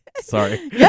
Sorry